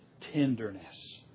tenderness